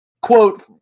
quote